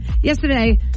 yesterday